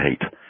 hate